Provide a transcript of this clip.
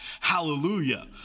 Hallelujah